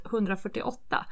148